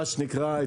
מה שנקרא,